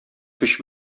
көч